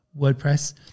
WordPress